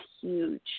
huge